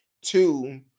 two